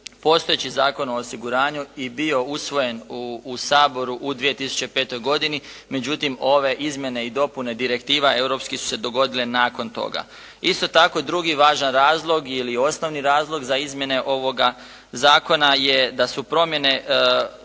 postojeći zakon o osiguranju i bio usvojen u Saboru u 2005. godini, međutim ove izmjene i dopune direktiva europskih su se dogodile nakon toga. Isto tako drugi važan razlog ili osnovi razlog za izmjene ovoga zakona je da su promjene